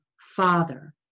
father